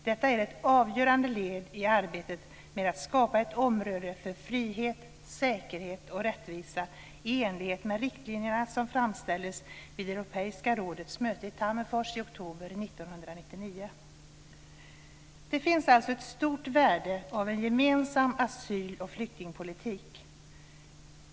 Detta är ett avgörande led i arbetet med att skapa ett område för frihet, säkerhet och rättvisa i enlighet med de riktlinjer som fastställdes vid Europeiska rådets möte i Tammerfors i oktober 1999. Det finns alltså ett stort värde i en gemensam asyloch flyktingpolitik.